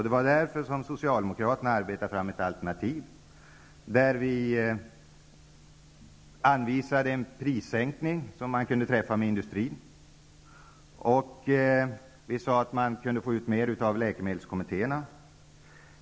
Det var av den anledningen som Socialdemokraterna arbetade fram ett alternativ, där vi anvisade en prissänkning som man kunde komma överens med industrin om. Vi sade att man kunde få ut mer av läkemedelskommittéerna.